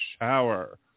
shower